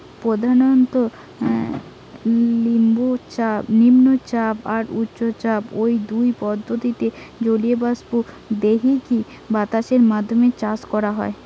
প্রধানত নিম্নচাপ আর উচ্চচাপ, ঔ দুই পদ্ধতিরে জলীয় বাষ্প দেইকি বাতাসের মাধ্যমে চাষ করা হয়